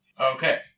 Okay